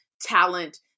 talent